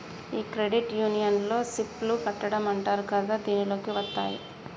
ఈ క్రెడిట్ యూనియన్లో సిప్ లు కట్టడం అంటారు కదా దీనిలోకి వత్తాయి